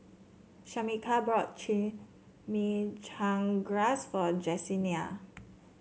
Shamika bought Chimichangas for Jessenia